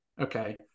Okay